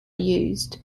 used